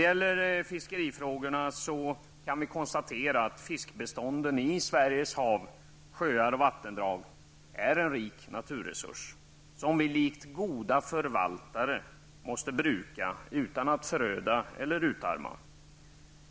Vi kan konstatera att fiskbestånden i Sveriges hav, sjöar och vattendrag utgör en rik naturresurs, som vi likt goda förvaltare måste bruka utan att föröda eller utarma.